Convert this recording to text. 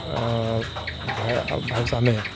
ভাই ভাইবছ্ আনে